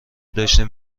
داشتیم